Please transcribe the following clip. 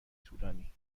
طولانی